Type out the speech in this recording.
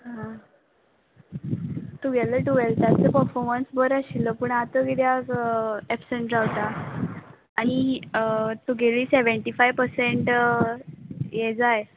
हा तुगेले टुवॅल्थाचो पर्फोमन्स बरो आशिल्लो पूण आतां कित्याक एपसंट रावता आनी तुगेली सॅवँटी फाय पर्संट यें जाय